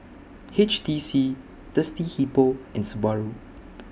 H T C Thirsty Hippo and Subaru